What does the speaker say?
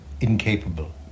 incapable